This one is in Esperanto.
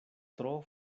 tro